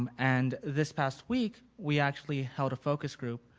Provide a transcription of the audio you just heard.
um and this past week, we actually held a focus group,